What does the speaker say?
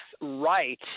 right